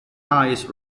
eyes